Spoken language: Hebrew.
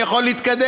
אני יכול להתקדם?